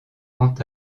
quant